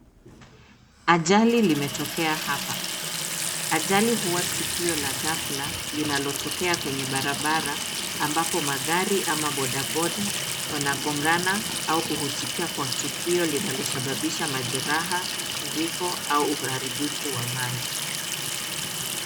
Ajali limetokea hapa. Ajali huwa tukio la ghafla, linalotokea kwenye barabara, ambapo magari ama bodaboda wanagongana au kuhusikia kwa tukio linalosababisha majereha, vifo au uharibifu wa mali.